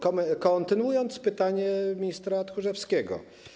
Kontynuuję pytanie ministra Tchórzewskiego.